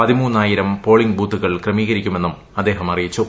പതിമുന്നായിരം polling ബൂത്തുകൾ ക്രമീകരിക്കുമെന്നും അദ്ദേഹം അറിയിച്ചു